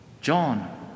John